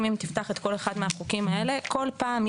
עבודות תשתית --- כל העבודה כבר בוצעה במקרה הזה,